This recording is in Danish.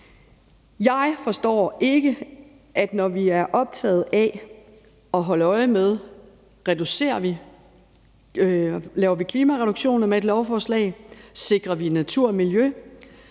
Jeg forstår ikke, at når vi er optaget af at holde øje med, om vi laver klimareduktioner med et lovforslag; om vi sikrer natur og miljø;